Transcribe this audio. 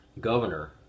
governor